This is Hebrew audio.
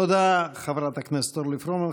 תודה, חברת הכנסת אורלי פרומן.